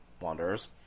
wanderers